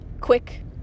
Quick